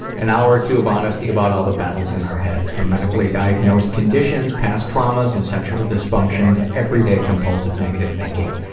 an hour or two of honestly about all the battles in our heads from medically diagnosed conditions, past traumas, and sexual dysfunction to everyday compulsive negative thinking.